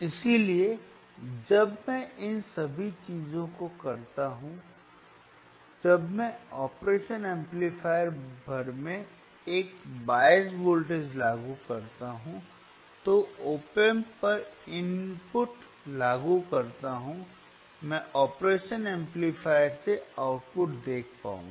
इसलिए जब मैं इन सभी चीजों को करता हूं जब मैं ऑपरेशन एम्पलीफायर भर में एक बायस वोल्टेज लागू करता हूं तो ऑप एम्प पर इनपुट लागू करता हूं मैं ऑपरेशन एम्पलीफायर से आउटपुट देख पाऊंगा